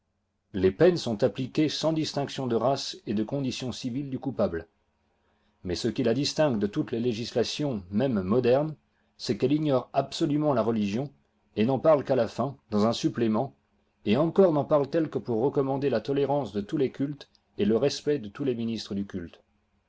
du général diplomate de ce nom digitized by google condition civile du coupable mais ce qui la distingue de toutes les législations même modernes c'est qu'elle ignore absolument la religion et n'en parle qu'à la fin dans un supplément et encore n'en parlc t elle que pour recommander la tolérance de tous les cultes et le respect de tous les ministres du culte